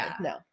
No